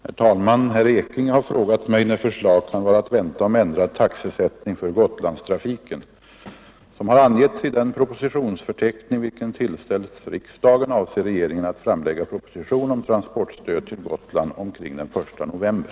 Herr talman! Herr Ekinge har frågat mig, när förslag kan vara att vänta om ändrad taxesättning för Gotlandstrafiken. Som har angetts i den propositionsförteckning vilken tillställts riksdagen avser regeringen att framlägga proposition om transportstödet till Gotland omkring den 1 november.